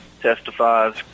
Testifies